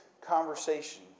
conversation